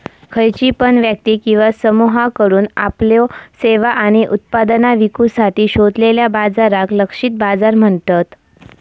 खयची पण व्यक्ती किंवा समुहाकडुन आपल्यो सेवा आणि उत्पादना विकुसाठी शोधलेल्या बाजाराक लक्षित बाजार म्हणतत